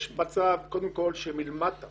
יש מצב קודם כל שמלמטה